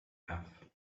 have